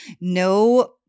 No